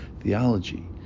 theology